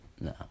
No